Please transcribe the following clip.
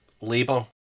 Labour